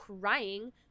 crying